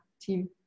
team